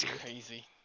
Crazy